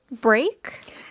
break